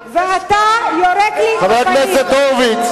ואתה יורק לי בפנים.